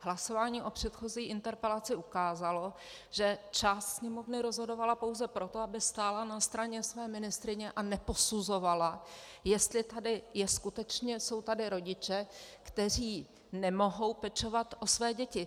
Hlasování o předchozí interpelaci ukázalo, že část Sněmovny rozhodovala pouze proto, aby stála na straně své ministryně, a neposuzovala, jestli tady jsou skutečně rodiče, kteří nemohou pečovat o své děti.